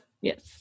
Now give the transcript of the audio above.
Yes